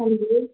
ਹਾਂਜੀ